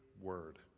word